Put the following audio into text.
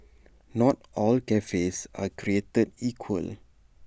not all cafes are created equal